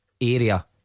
area